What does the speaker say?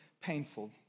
painful